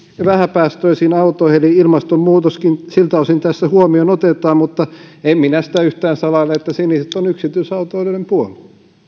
vähäpäästöisiin autoihin eli ilmastonmuutoskin siltä osin tässä huomioon otetaan mutta en minä sitä yhtään salaile että siniset ovat yksityisautoilijoiden puolella